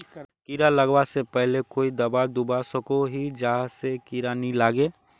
कीड़ा लगवा से पहले कोई दाबा दुबा सकोहो ही जहा से कीड़ा नी लागे?